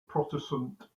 protestant